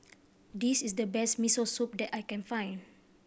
this is the best Miso Soup that I can find